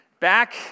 back